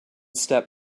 step